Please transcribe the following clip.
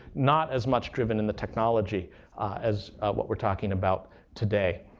not as much driven in the technology as what we're talking about today.